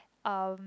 um